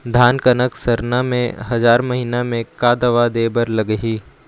धान कनक सरना मे हजार महीना मे का दवा दे बर लगही?